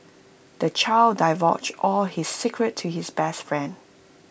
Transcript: the child divulged all his secrets to his best friend